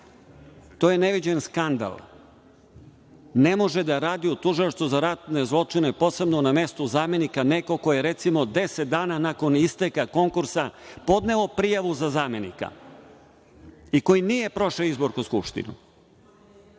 To je neviđen skandal. Ne može da radi u Tužilaštvu za ratne zločine, posebno na mestu zamenika, neko ko je, recimo, deset dana nakon isteka konkursa podneo prijavu za zamenika i koji nije prošao izbor kroz Skupštinu.